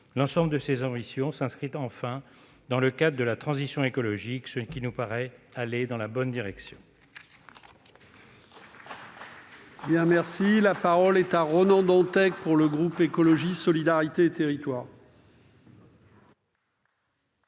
L'ensemble de ces ambitions s'inscrit, enfin, dans le cadre de la transition écologique, ce qui nous paraît aller dans la bonne direction.